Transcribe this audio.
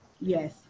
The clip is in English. Yes